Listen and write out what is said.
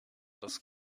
das